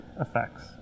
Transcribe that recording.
effects